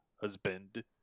husband